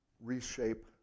reshape